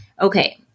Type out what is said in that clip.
Okay